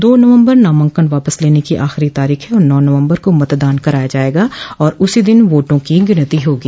दो नवम्बर नामांकन वापस लेने की आखिरी तारीख है और नौ नवम्बर को मतदान कराया जायेगा और उसी दिन वोटों की गिनती होगी